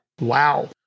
Wow